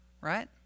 Right